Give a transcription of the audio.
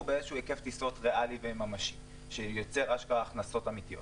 באיזשהו היקף ריאלי וממשי שייצר אשכרה הכנסות אמיתיות